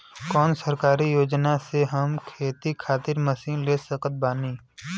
कौन सरकारी योजना से हम खेती खातिर मशीन ले सकत बानी?